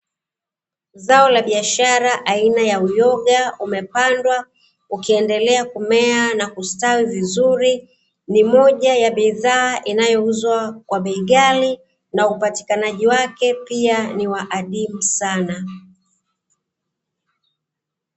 Zao la biashara aina ya uyoga umepandwa ukiendelea kumea na kustawi vizuri, ni moja ya bidhaa inayouzwa kwa bei ghali na upatikanaji wake pia ni wa adimu sana.